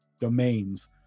domains